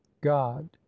god